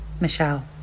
Michelle